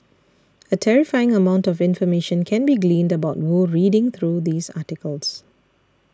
a terrifying amount of information can be gleaned about Wu reading through these articles